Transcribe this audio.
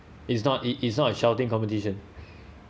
it's not it's not a shouting competition